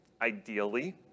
Ideally